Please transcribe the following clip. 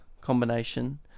combination